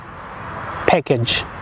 package